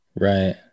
Right